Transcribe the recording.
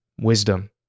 wisdom